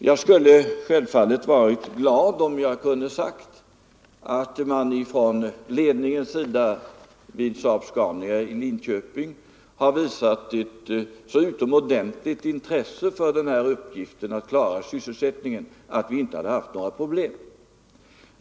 Jag skulle självfallet ha varit glad om jag kunde ha sagt att ledningen vid SAAB-Scania i Linköping har visat ett utomordentligt intresse för uppgiften att klara sysselsättningen och att vi nu inte hade haft några problem.